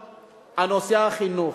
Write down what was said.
הנושא של החינוך: